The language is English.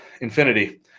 infinity